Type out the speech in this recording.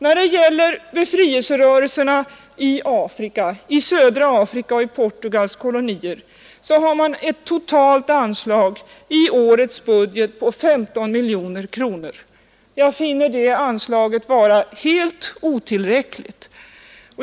När det gäller befrielserörelserna i Afrika — i södra Afrika och i Portugals kolonier — finns i årets budget ett totalt anslag på 15 miljoner kronor. Jag finner det anslaget vara helt otillräckligt.